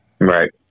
right